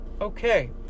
okay